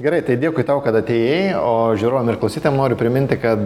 gerai tai dėkui tau kad atėjai o žiūrovam ir klausytojam noriu priminti kad